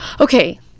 Okay